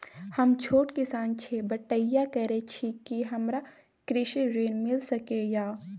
हम छोट किसान छी, बटईया करे छी कि हमरा कृषि ऋण मिल सके या?